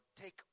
take